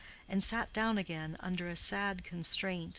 and sat down again under a sad constraint.